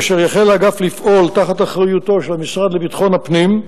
כאשר יחל האגף לפעול תחת אחריותו של המשרד לביטחון הפנים,